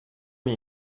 mne